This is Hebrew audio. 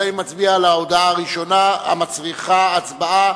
נצביע על ההודעה המצריכה הצבעה.